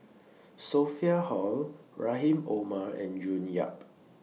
Sophia Hull Rahim Omar and June Yap